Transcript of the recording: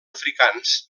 africans